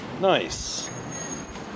Nice